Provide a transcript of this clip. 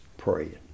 praying